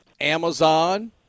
Amazon